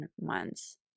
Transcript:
months